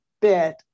bit